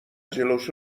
جلوش